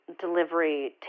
delivery